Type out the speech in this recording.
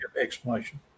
explanation